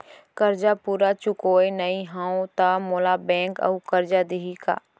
करजा पूरा चुकोय नई हव त मोला बैंक अऊ करजा दिही का?